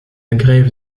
grève